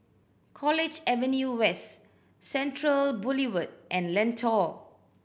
College Avenue West Central Boulevard and Lentor